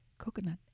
Coconut